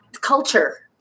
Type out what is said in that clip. culture